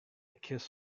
kiss